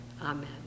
Amen